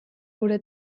gure